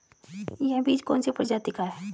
यह बीज कौन सी प्रजाति का है?